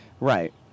Right